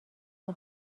این